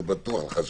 זה בטוח שלא.